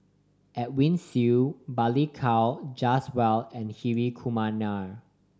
Edwin Siew Balli Kaur Jaswal and Hri Kumar Nair